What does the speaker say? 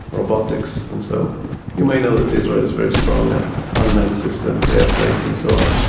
robotics. and so you may know that israel is very strong at unmanned systems, aeroplanes and so on.